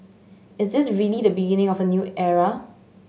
is this really the beginning of a new era